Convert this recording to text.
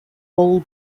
bull